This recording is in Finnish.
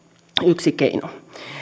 yksi keino